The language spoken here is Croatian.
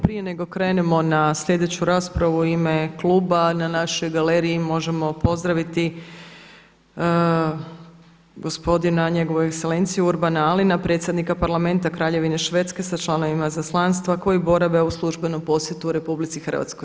Prije nego krenemo na sljedeću raspravu u ime kluba, na našoj galeriji možemo pozdraviti gospodina njegovu ekselenciju Urbana Alina, predsjednika Parlamenta Kraljevine Švedske sa članovima izaslanstva koji borave u službenom posjetu Republici Hrvatskoj.